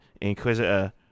Inquisitor